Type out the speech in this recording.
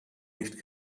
nicht